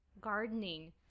gardening